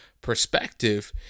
perspective